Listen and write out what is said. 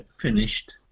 finished